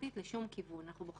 במה שכבר